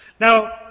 Now